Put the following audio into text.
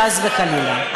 חס וחלילה.